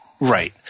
Right